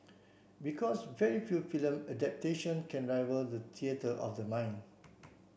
because very few film adaptations can rival the theatre of the mind